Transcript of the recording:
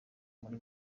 muri